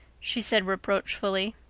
she said reproachfully.